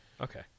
Okay